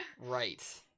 right